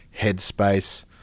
headspace